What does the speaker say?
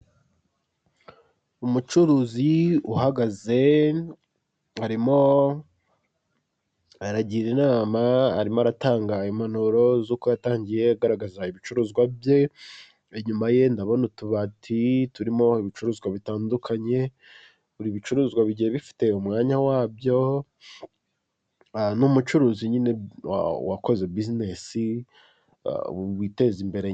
Umucuruzi uhagaze arimo aragira inama, arimo aratanga impanuro z'uko yatangiye agaragaza ibicuruzwa bye. Inyuma ye ndabona utubati turimo ibicuruzwa bitandukanye, buri bicuruzwa bihiye bifite umwanya wabyo. Ni umucuruzi nyine wakoze bizinesi witeza imbere.